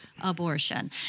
abortion